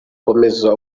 komeza